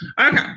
Okay